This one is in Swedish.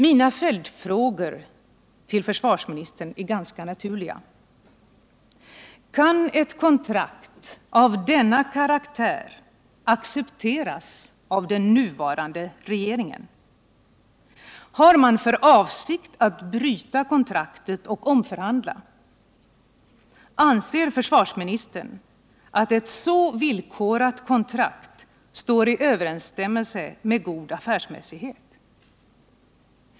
Mina följdfrågor till försvarsministern är ganska naturliga: Kan ett kontrakt av denna karaktär accepteras av den nuvarande regeringen? Har man för avsikt att bryta kontraktet och omförhandla? Anser försvarsministern att ett så villkorat kontrakt står i överensstämmelse med god affärsmässighet?